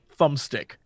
thumbstick